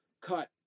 cut